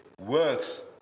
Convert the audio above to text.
works